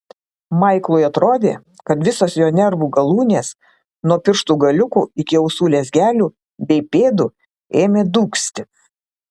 maiklui atrodė kad visos jo nervų galūnės nuo pirštų galiukų iki ausų lezgelių bei pėdų ėmė dūgzti